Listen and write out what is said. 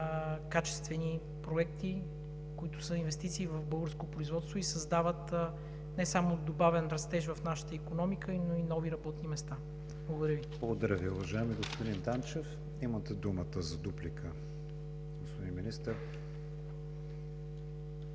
качествени проекти, които са инвестиции в българско производство и създават не само от добавен растеж в нашата икономика, но и нови работни места. Благодаря Ви.